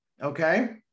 Okay